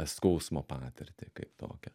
skausmo patirtį kaip tokią